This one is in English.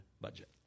budget